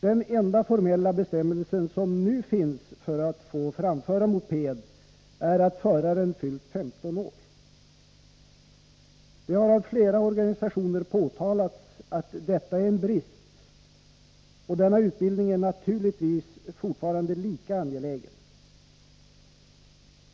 Den enda formella bestämmelse som nu finns för att man skall få framföra moped är att föraren har fyllt 15 år. Flera organisationer har påtalat att detta är en brist, och denna utbildning är naturligtvis fortfarande lika angelägen.